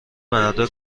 مردا